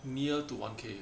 near to one k ah